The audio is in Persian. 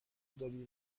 داری